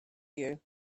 you